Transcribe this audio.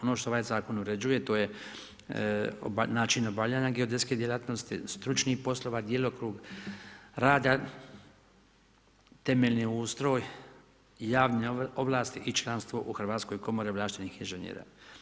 Ono što ovaj Zakon uređuje to je način obavljanja geodetske djelatnosti, stručni poslova, djelokrug rada, temeljni ustroj, javne ovlasti i članstvo u Hrvatskoj komori ovlaštenih inženjera.